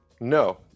No